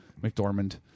McDormand